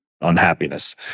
unhappiness